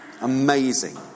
Amazing